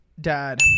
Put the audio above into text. Dad